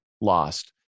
lost